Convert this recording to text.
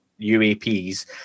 UAPs